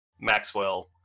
Maxwell